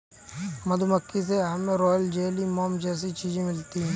मधुमक्खी से हमे रॉयल जेली, मोम जैसी चीजे भी मिलती है